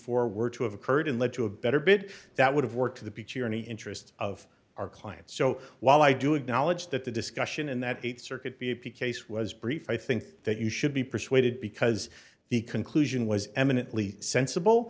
for were to have occurred and led to a better bid that would have worked to the beach or any interest of our clients so while i do acknowledge that the discussion in that th circuit b p case was brief i think that you should be persuaded because the conclusion was eminently sensible